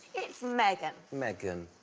it's megan. megan.